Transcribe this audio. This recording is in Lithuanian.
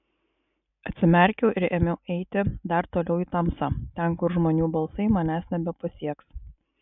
atsimerkiau ir ėmiau eiti dar toliau į tamsą ten kur žmonių balsai manęs nebepasieks